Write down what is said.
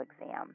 exam